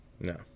no